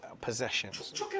Possessions